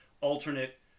alternate